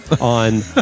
On